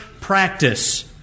practice